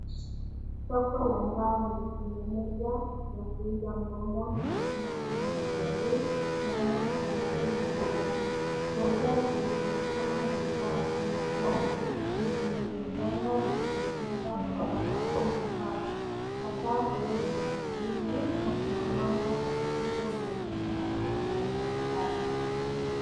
Soko la ndani linaonyesha wakuzaa mboga na matunda kama vitunguu, nyanya, karoti na viazi. Wauzaji wamepanga bidhaa kwa mstari kwenye vibanda vilivyojengwa kwa mabati na mbao. Sakafu ni ya saruji na kuna mwanga wa kutosha unaonyesha mandhari ya biashara.